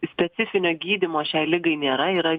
specifinio gydymo šiai ligai nėra yra